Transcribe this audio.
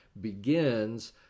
begins